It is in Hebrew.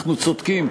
אנחנו צודקים,